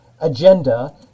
agenda